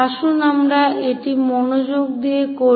আসুন আমরা এটি মনোযোগ দিয়ে দেখি